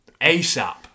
ASAP